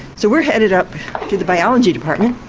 so we're headed up to the biology department,